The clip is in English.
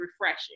refreshing